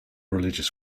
religious